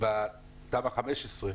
בתמ"א 15,